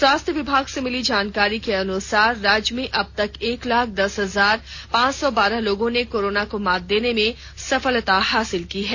स्वास्थ्य विभाग से मिली जानकारी के अनुसार राज्य में अब तक एक लाख दस हजार पांच सौ बारह लोगों ने कोरोना को मात देने में सफलता हासिल की है